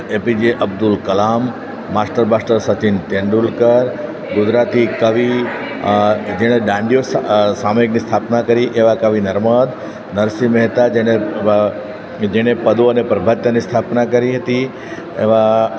APJ Abdul Kalam master blaster Sachin Tendulkar Gujarati કવિ જેણે ડાંડિયો સામયિકની સ્થાપના કરી એવા કવિ નર્મદ નરસિંહ મહેતા જેણે જેણે પદો અને પ્રભાતિયાની સ્થાપના કરી હતી એવા